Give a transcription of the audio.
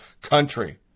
country